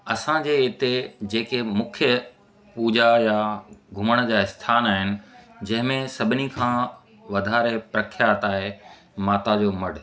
असांजे हिते जेके मुख्यु पूॼा जा घुमण जा आस्थानु आहिनि जंहिं में सभिनी खां वधारे प्रख्यात आहे माता जो मढ़